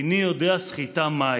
איני יודע סחיטה מהי.